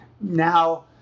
Now